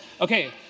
Okay